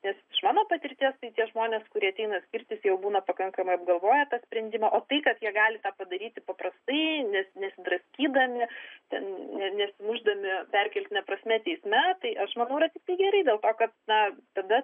nes iš mano patirties tai tie žmonės kurie ateina skirtis jau būna pakankamai apgalvoję tą sprendimą o tai kad jie gali tą padaryti paprastai ne nesidraskydami ten ne nesimušdami perkeltine prasme teisme tai aš manau yra tiktai gerai dėl to kad na tada